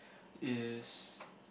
is